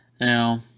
Now